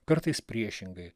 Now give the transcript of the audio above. kartais priešingai